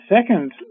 second